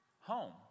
Home